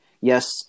Yes